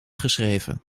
geschreven